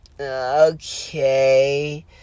okay